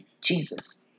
Jesus